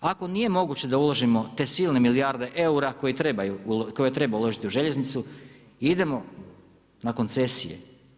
Ako nije moguće da uložimo te silne milijarde eura koji treba uložiti u željeznicu, idemo na koncesije.